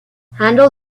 handle